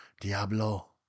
Diablo